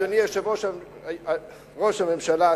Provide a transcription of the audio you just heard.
אדוני ראש הממשלה,